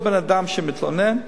כל בן-אדם שמתלונן,